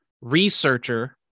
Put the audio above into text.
researcher